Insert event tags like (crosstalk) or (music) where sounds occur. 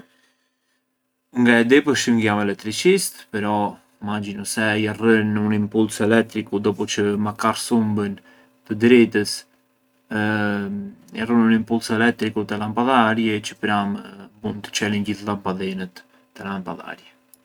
Ngë e di përçë ngë jam eletriçist, però immaginu se jarrën un impulsu elettricu dopu çë makar sumbën të dritës, (hesitation) jarrën un impulsu elettricu te lampadharji çë pran bunë të çelinj gjithë lampadhinet te lampadharji.